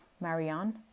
Marianne